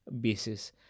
basis